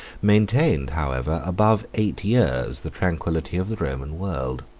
maintained, however, above eight years, the tranquility of the roman world.